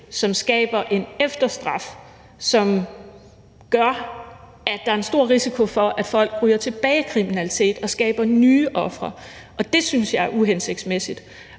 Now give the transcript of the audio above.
som skaber en efterstraf, som gør, at der er en stor risiko for, at folk ryger tilbage i kriminalitet og skaber nye ofre, og det synes jeg er uhensigtsmæssigt.